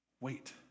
Wait